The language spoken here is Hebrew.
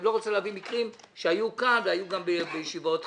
אני לא רוצה להביא מקרים שהיו כאן והיו גם בישיבות חסויות.